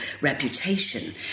reputation